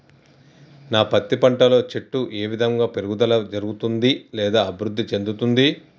నా పత్తి పంట లో చెట్టు ఏ విధంగా పెరుగుదల జరుగుతుంది లేదా అభివృద్ధి చెందుతుంది?